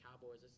Cowboys